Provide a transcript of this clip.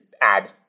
add